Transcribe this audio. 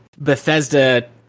Bethesda